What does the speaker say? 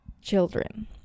children